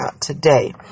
today